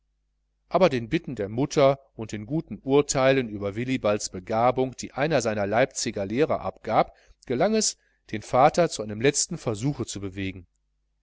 aber den bitten der mutter und den guten urteilen über willibalds begabung die einer seiner leipziger lehrer abgab gelang es den vater zu einem letzten versuche zu bewegen